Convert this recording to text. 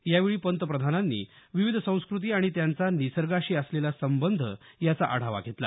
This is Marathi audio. यावेळी पंतप्रधानांनी विविध संस्कृती आणि त्यांचा निसर्गाशी असलेला संबंध याचा आढावा घेतला